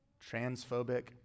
transphobic